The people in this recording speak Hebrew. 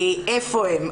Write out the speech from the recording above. איפה הם.